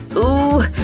ooh!